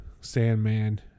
Sandman